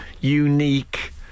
unique